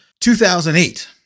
2008